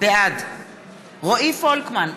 בעד רועי פולקמן,